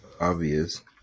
obvious